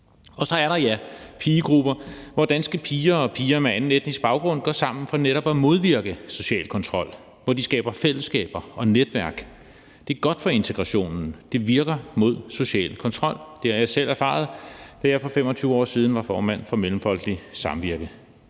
Så er der, ja, pigegrupper, hvor danske piger og piger med anden etnisk baggrund går sammen for netop at modvirke social kontrol, hvor de skaber fællesskaber og netværk. Det er godt for integrationen, og det virker mod social kontrol. Det har jeg selv erfaret, da jeg for 25 år siden var formand for Mellemfolkeligt Samvirke.